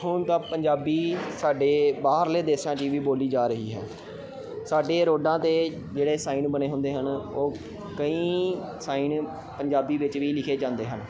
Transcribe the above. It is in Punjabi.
ਹੁਣ ਤਾਂ ਪੰਜਾਬੀ ਸਾਡੇ ਬਾਹਰਲੇ ਦੇਸ਼ਾਂ 'ਚ ਵੀ ਬੋਲੀ ਜਾ ਰਹੀ ਹੈ ਸਾਡੇ ਰੋਡਾਂ 'ਤੇ ਜਿਹੜੇ ਸਾਈਨ ਬਣੇ ਹੁੰਦੇ ਹਨ ਉਹ ਕਈ ਸਾਈਨ ਪੰਜਾਬੀ ਵਿੱਚ ਵੀ ਲਿਖੇ ਜਾਂਦੇ ਹਨ